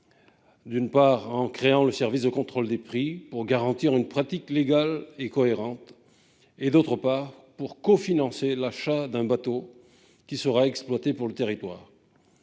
d'une part, en créant un service de contrôle des prix pour garantir une pratique légale et cohérente et, d'autre part, en cofinançant l'achat d'un bateau qui sera exploité pour le territoire